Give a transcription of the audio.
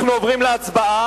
אנחנו עוברים להצבעה,